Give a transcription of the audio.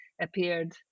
appeared